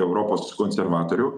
europos konservatorių